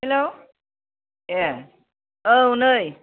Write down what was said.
hello ए औ नै